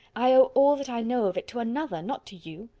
i owe all that i know of it to another, not to you.